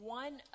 one